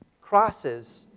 Crosses